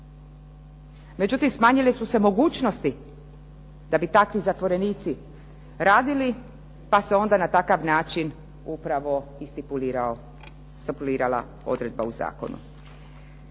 Međutim, smanjili su se mogućnosti da bi takvi zatvorenici radili, pa se onda na takav način i stipulirala odredba u zakonu.